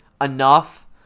enough